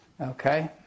okay